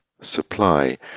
supply